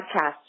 podcast